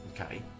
Okay